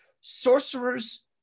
Sorcerer's